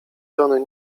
żony